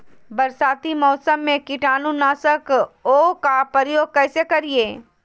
बरसाती मौसम में कीटाणु नाशक ओं का प्रयोग कैसे करिये?